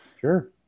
Sure